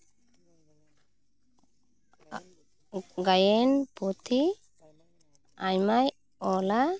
ᱜᱟᱭᱟᱱ ᱯᱩᱛᱷᱤ ᱟᱭᱢᱟᱭ ᱚᱞᱟ